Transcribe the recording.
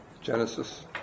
Genesis